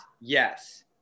Yes